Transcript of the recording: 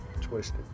Twisted